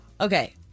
Okay